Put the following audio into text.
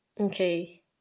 okay